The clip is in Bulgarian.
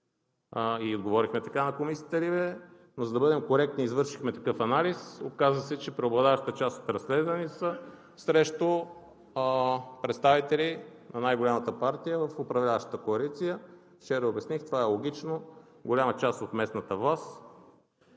и отговорихме така на Комисията LIBE. Но, за да бъдем коректни, извършихме такъв анализ. Оказа се, че преобладаващата част от разследванията са срещу представители на най-голямата партия в управляващата коалиция. Вчера обясних – това е логично, голяма част от местната власт